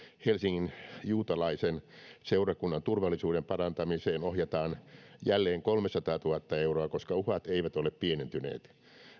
helsingin juutalaisen seurakunnan turvallisuuden parantamiseen ohjataan jälleen kolmesataatuhatta euroa koska uhat eivät ole pienentyneet